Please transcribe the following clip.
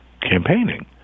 campaigning